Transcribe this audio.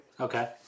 Okay